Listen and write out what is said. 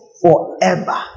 forever